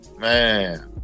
man